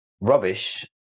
rubbish